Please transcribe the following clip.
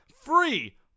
free